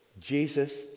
Jesus